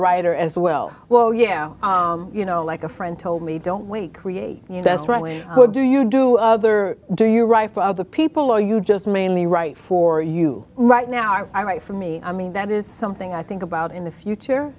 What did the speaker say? writer as well well yeah you know like a friend told me don't we create us right away do you do other do you write for other people or you just mainly write for you right now or i write for me i mean that is something i think about in the future